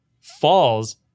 falls